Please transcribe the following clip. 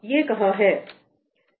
ये कहां है